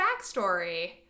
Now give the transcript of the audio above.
backstory